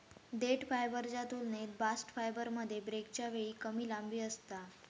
देठ फायबरच्या तुलनेत बास्ट फायबरमध्ये ब्रेकच्या वेळी कमी लांबी असता